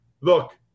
look